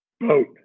Boat